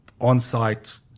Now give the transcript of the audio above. on-site